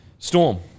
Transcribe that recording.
Storm